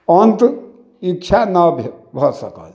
अंत ईच्छा नहि भऽ सकल